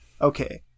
Okay